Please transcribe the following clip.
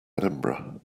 edinburgh